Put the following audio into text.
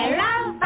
love